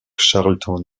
charlton